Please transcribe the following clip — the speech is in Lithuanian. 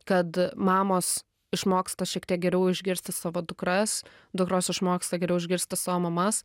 kad mamos išmoksta šiek tiek geriau išgirsti savo dukras dukros išmoksta geriau išgirsti savo mamas